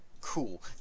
cool